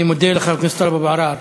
אני מודה לחבר הכנסת טלב אבו עראר.